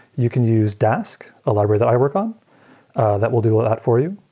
you can use dask, a library that i work on that will do that for you.